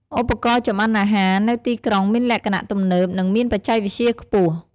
ឧបករណ៍ចម្អិនអាហារនៅទីក្រុងមានលក្ខណៈទំនើប និងមានបច្ចេកវិទ្យាខ្ពស់។